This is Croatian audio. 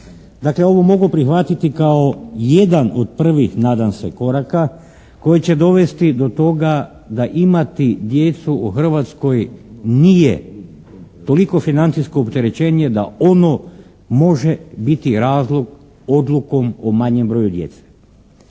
Dakle, ovo mogu prihvatiti kao jedan od prvih nadam se koraka koji će dovesti do toga da imati djecu u Hrvatskoj nije toliko financijsko opterećenje da ono može biti razlog odlukom o manjem broju djece.